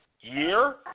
year